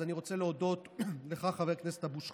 אני רוצה להודות לך, חבר הכנסת אבו שחאדה,